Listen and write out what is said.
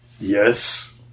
Yes